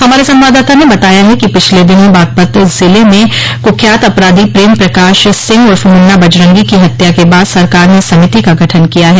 हमारे संवाददाता ने बताया है कि पिछले दिनों बागपत जिले में कुख्यात अपराधी प्रेम प्रकाश सिंह उर्फ मुन्ना बजरंगी की हत्या के बाद सरकार ने इस समिति का गठन किया है